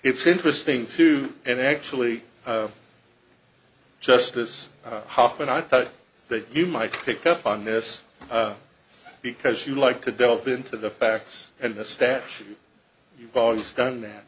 it's interesting too and actually justice hof and i thought that you might pick up on this because you like to delve into the facts and the statute you've always done that